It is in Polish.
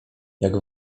jak